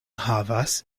havas